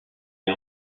est